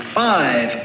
five